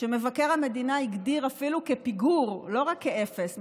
שמבקר המדינה אפילו הגדיר כפיגור, לא רק כאפס.